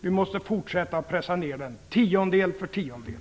Vi måste fortsätta pressa ned den, tiondel för tiondel.